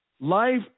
Life